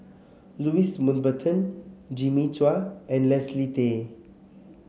Louis Mountbatten Jimmy Chua and Leslie Tay